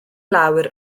lawr